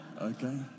Okay